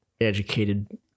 educated